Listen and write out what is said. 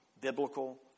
biblical